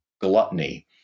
gluttony